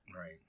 Right